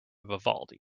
vivaldi